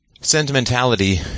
Sentimentality